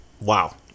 Wow